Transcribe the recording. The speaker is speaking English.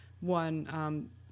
One